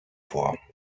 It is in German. vor